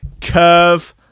curve